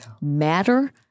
matter